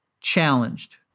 challenged